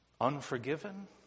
Unforgiven